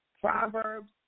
Proverbs